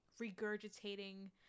regurgitating